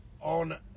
on